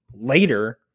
later